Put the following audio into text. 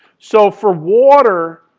so for water,